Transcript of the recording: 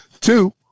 Two